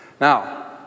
Now